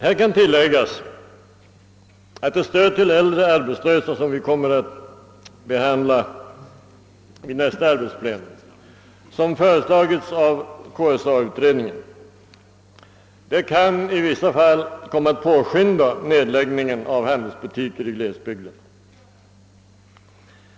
Det kan tilläggas att det stöd till äldre arbetslösa, som vi kommer att behandla vid nästa arbetsplenum och som före slagits av KSA-utredningen, i vissa fall kan påskynda nedläggningen av handelsbutiker i glesbygderna.